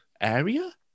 area